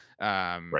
Right